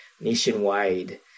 nationwide